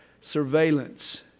surveillance